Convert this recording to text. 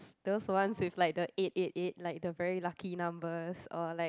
those ones with like the eight eight eight like the very lucky numbers or like